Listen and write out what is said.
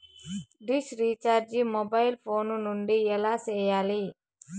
dish recharge mobile phone నుండి ఎలా సేయాలి